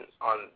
on